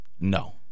No